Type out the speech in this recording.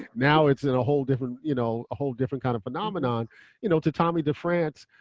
now, it's in a whole different you know whole different kind of and um and ah and you know to tommy defrantz,